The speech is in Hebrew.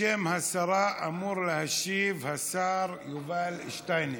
בשם השרה אמור להשיב השר יובל שטייניץ.